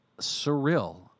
surreal